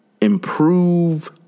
improve